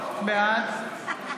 בעד נעמה לזימי, נגד